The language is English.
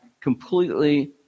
completely